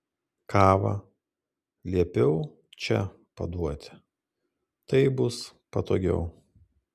kavą liepiau čia paduoti taip bus patogiau